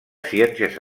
ciències